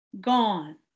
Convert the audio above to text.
gone